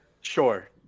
sure